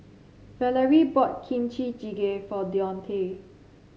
Valorie bought Kimchi Jjigae for Deontae